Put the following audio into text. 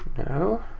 no?